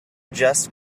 just